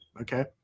Okay